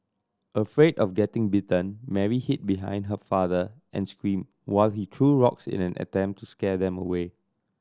afraid of getting bitten Mary hid behind her father and screamed while he threw rocks in an attempt to scare them away